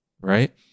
right